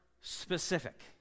specific